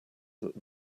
that